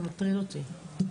זה מטריד אותי.